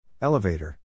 Elevator